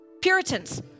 Puritans